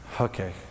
okay